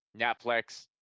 Netflix